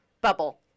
bubble